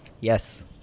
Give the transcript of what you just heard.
Yes